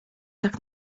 tak